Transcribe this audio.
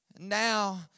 Now